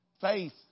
Faith